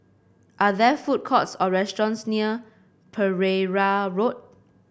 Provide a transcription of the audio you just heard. are there food courts or restaurants near Pereira Road